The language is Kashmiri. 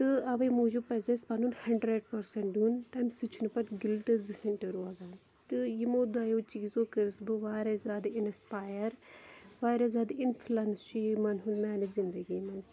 تہٕ اَوَے موٗجوٗب پَزِ اَسہِ پَنُن ہَنٛڈرڈ پٔرسَنٛٹ دیُن تَمہِ سۭتۍ چھُنہٕ پَتہٕ گلٹہٕ زٕہٕنٛۍ تہِ روزان تہٕ یِمو دۄیو چیٖزو کٔرٕس بہٕ واریاہ زیادٕ اِنَسپایر واریاہ زیادٕ اِنفٕلَنس چھُ یِمَن ہُنٛد میٛانہِ زِنٛدگی منٛز